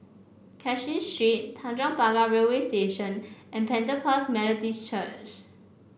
Cashin Street Tanjong Pagar Railway Station and Pentecost Methodist Church